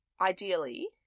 ideally